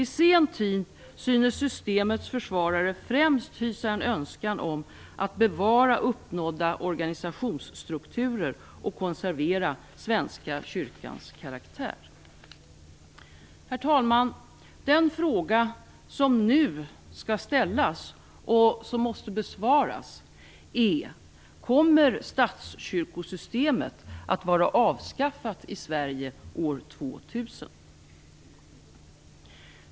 I sen tid synes systemets försvarare främst hysa en önskan om att bevara uppnådda organisationsstrukturer och konservera Svenska kyrkans karaktär. Herr talman! Den fråga som nu skall ställas och som måste besvaras är: Kommer statskyrkosystemet att vara avskaffat i Sverige år 2000?